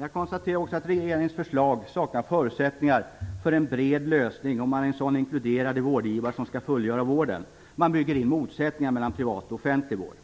Jag konstaterar också att regeringens förslag saknar förutsättningar för en bred lösning, om man i en sådan inkluderar de vårdgivare som skall fullgöra vården. Man bygger in motsättningar mellan privat och offentlig vård.